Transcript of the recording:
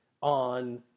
on